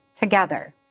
together